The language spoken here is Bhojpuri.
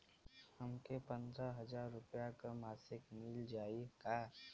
हमके पन्द्रह हजार रूपया क मासिक मिल जाई का?